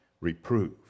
reprove